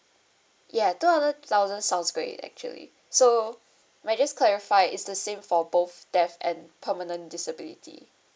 yeah two thousand sounds great actually so may I just clarify is the same for both death and permanent disability